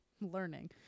learning